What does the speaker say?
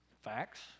Facts